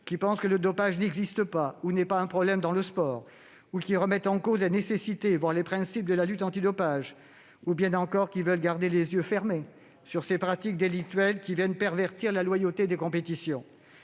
qui pensent que le dopage n'existe pas ou n'est pas un problème dans le sport, ou qui remettent en cause la nécessité, voire les principes, de la lutte antidopage, ou bien encore qui veulent garder les yeux fermés sur ces pratiques délictuelles pervertissant la loyauté des compétitions.